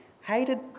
hated